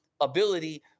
ability